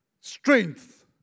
Strength